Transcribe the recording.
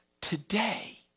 today